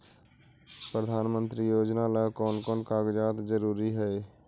प्रधानमंत्री योजना ला कोन कोन कागजात जरूरी है?